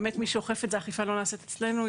האכיפה לא נעשית אצלנו,